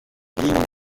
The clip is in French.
digne